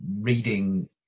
reading